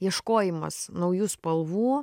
ieškojimas naujų spalvų